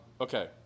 Okay